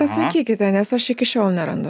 pasakykite nes aš iki šiol nerandu